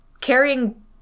carrying